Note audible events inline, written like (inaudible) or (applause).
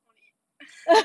I want to eat (laughs)